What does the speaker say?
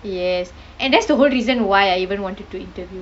yes and that's the whole reason why I even wanted to interview